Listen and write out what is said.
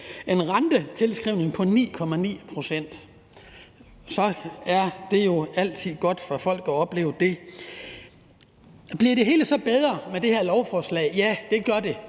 en rentetilskrivning på 9,9 pct. Så er det jo altid godt for folk at opleve det. Bliver det hele så bedre med det her lovforslag? Ja, det gør det.